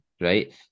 right